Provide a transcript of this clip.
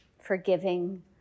forgiving